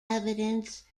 evidence